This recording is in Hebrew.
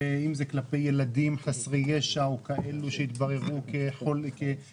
אם זה כלפי ילדים חסרי ישע או כאלו שהתברר שהם